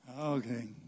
Okay